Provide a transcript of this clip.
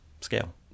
scale